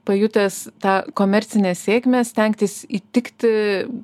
pajutęs tą komercinę sėkmę stengtis įtikti